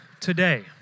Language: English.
today